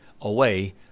away